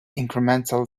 incremental